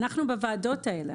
בוועדות האלה,